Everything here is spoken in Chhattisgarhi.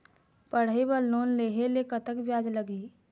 पढ़ई बर लोन लेहे ले कतक ब्याज लगही?